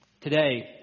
Today